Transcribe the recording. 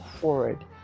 forward